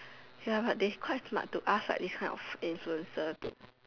ya but they quite smart to ask like these kind of influencer to